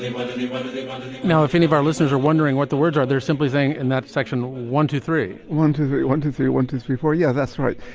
and why did you now, if any of our listeners are wondering what the words are, they're simply saying in that section, one, two, three, one, two, three, one, two, three, one, two, three, four yeah. that's right.